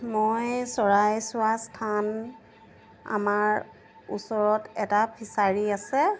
মই চৰাই চোৱা স্থান আমাৰ ওচৰত এটা ফিচাৰী আছে